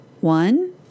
One